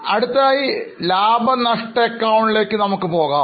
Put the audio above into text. അടുത്തതായി ലാഭനഷ്ട അക്കൌണ്ടിലേക്ക് നമുക്ക് പോകാം